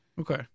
Okay